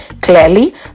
clearly